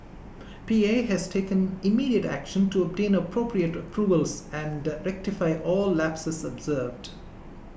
P A has taken immediate action to obtain appropriate approvals and rectify all lapses observed